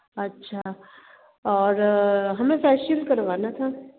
अच्छा और हमें फैशियल करवाना था